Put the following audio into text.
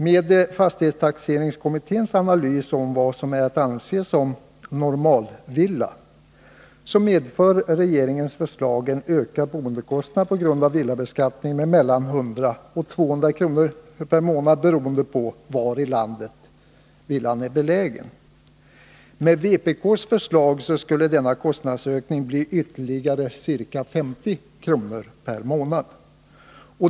Med fastighetstaxeringskommitténs analys av vad som är att anse som normalvilla medför regeringens förslag en ökad boendekostnad på grund av villabeskattningen med mellan 100 och 200 kr. per månad, beroende på var i landet villan är belägen. Med vpk:s förslag skulle denna kostnadsökning bli ytterligare ca 50 kr. per månad.